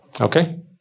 Okay